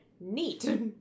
neat